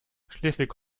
schleswig